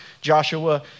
Joshua